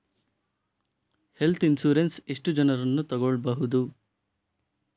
Health insurance ಎಷ್ಟು ಜನರನ್ನು ತಗೊಳ್ಬಹುದು?